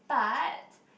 but